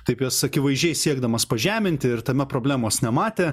taip juos akivaizdžiai siekdamas pažeminti ir tame problemos nematė